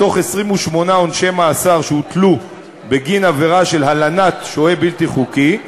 מתוך 28 עונשי מאסר שהוטלו בגין עבירה של הלנת שוהה בלתי חוקי,